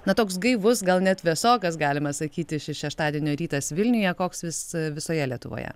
na toks gaivus gal net vėsokas galima sakyti šis šeštadienio rytas vilniuje koks jis visoje lietuvoje